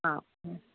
ആ